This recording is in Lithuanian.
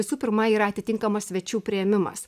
visų pirma yra atitinkamas svečių priėmimas